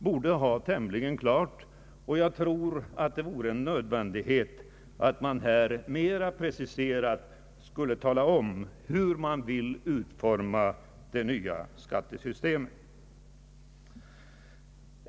Jag anser det därför vara nödvändigt att regeringen mera preciserat talar om hur den vill utforma det nya skattesystemet.